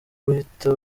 guhita